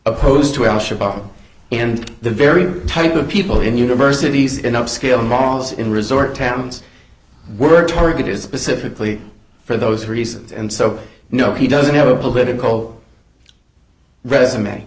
opposed to al shabaab and the very type of people in universities in upscale malls in resort towns were targeted specifically for those reasons and so no he doesn't have a political resume